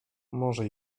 może